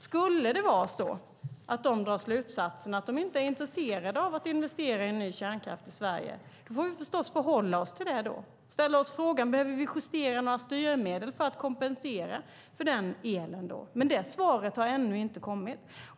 Skulle det vara så att de kommer fram till att de inte är intresserade av att investera i ny kärnkraft i Sverige får vi förstås förhålla oss till det och ställa oss frågan: Behöver vi justera några styrmedel för att kompensera för den elen? Det svaret har ännu inte kommit.